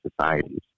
societies